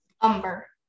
umber